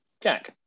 Jack